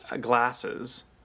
glasses